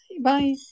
Bye